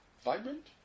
vibrant